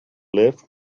left